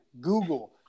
Google